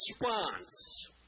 response